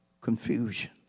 confusion